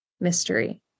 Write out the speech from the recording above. mystery